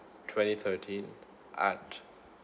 twenty thirteen at